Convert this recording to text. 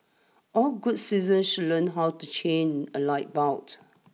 all good citizens should learn how to change a light bult